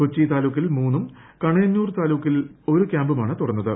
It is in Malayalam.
കൊച്ചി താലൂക്കിൽ മൂന്നും കണയന്നൂർ താലൂക്കിൽ ഒരു ക്യാമ്പുമാണ് തുറന്നത്